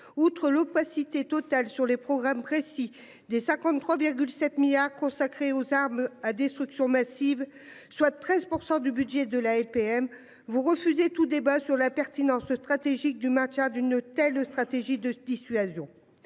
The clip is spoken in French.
Outre l'opacité totale sur les programmes précis des 53 7 milliards consacrés aux armes à destruction massive soit 13% du budget de la LPM vous refuser tout débat sur la pertinence stratégique du match d'une telle stratégie de dissuasion.